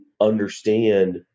understand